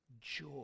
joy